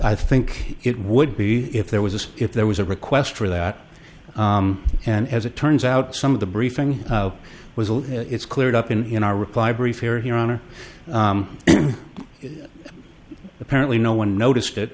i think it would be if there was a skiff there was a request for that and as it turns out some of the briefing was all it's cleared up in in our reply brief here here on the apparently no one noticed it